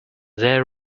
there